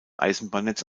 eisenbahnnetz